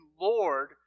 Lord